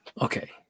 Okay